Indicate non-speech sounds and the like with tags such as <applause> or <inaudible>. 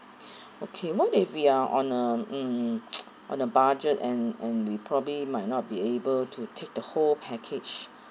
okay what if we are on um mm <noise> a budget and and we probably might not be able to take the whole package